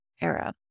era